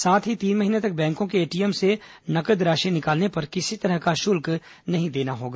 साथ ही तीन महीने तक बैंकों के एटीएम से नगद राशि निकालने पर किसी तरह का शुल्क नहीं देना होगा